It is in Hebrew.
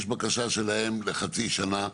יש בקשה שלהם לחצי שנה.